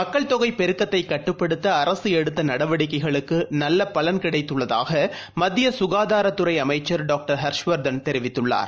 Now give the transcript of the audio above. மக்கள் தொகைபெருக்கத்தைகட்டுப்படுத்தஅரசுஎடுத்தநடவடிக்கைகளுக்குநல்லபலன் கிடைத்துள்ளதாகமத்தியசுகாதாரத்துறைஅமைச்சர் டாக்டர் ஹர்ஷ்வர்தன் தெரிவித்துள்ளார்